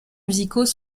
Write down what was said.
musicaux